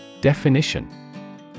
Definition